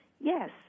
Yes